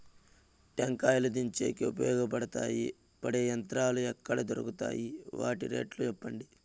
టెంకాయలు దించేకి ఉపయోగపడతాయి పడే యంత్రాలు ఎక్కడ దొరుకుతాయి? వాటి రేట్లు చెప్పండి?